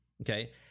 okay